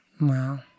Wow